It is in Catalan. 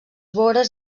vores